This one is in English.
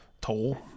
toll